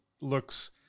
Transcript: looks